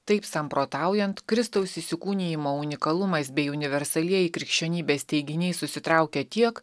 taip samprotaujant kristaus įsikūnijimo unikalumas bei universalieji krikščionybės teiginiai susitraukia tiek